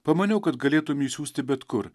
pamaniau kad galėtum jį siųsti bet kur